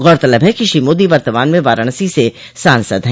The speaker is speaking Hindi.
गौरतलब है कि श्री मोदी वर्तमान में वाराणसी से सांसद है